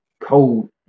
cold